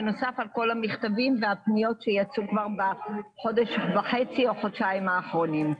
בנוסף לכל המכתבים והפניות שיצאו בחודש וחצי האחרונים.